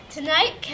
Tonight